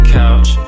couch